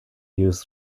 used